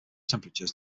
temperatures